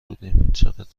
بودیم، چقد